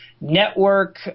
network